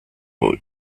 boy